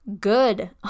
good